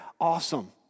Awesome